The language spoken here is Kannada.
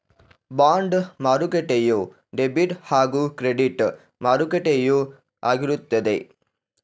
ಬಾಂಡ್ ಮಾರುಕಟ್ಟೆಯು ಡೆಬಿಟ್ ಹಾಗೂ ಕ್ರೆಡಿಟ್ ಮಾರುಕಟ್ಟೆಯು ಆಗಿರುತ್ತದೆ